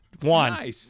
One